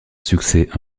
succès